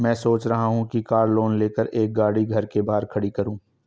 मैं सोच रहा हूँ कि कार लोन लेकर एक गाड़ी घर के बाहर खड़ी करूँ